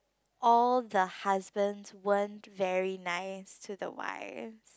all the husbands went very nice to the wife